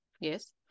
Yes